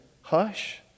hush